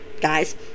guys